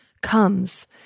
comes